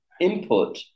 input